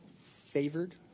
favored